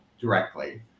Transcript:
directly